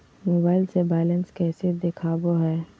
Mobile से balance कैसे देखाबो है?